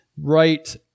right